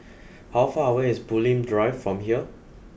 how far away is Bulim Drive from here